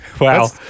Wow